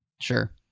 sure